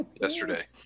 yesterday